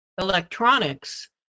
electronics